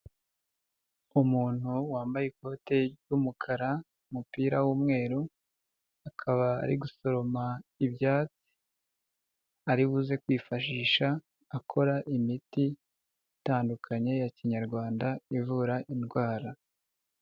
Umuntu wambaye ikote ry'umukara, umupira w'umweru, akaba ari gusoroma ibyatsi ari buze kwifashisha akora imiti itandukanye ya kinyarwanda ivura indwara.